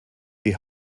die